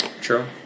True